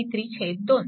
खरेतर v3 10V